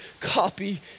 Copy